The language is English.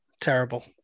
Terrible